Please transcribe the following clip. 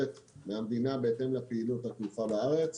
מהמדינה בהתאם לפעילות התעופה בארץ.